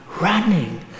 running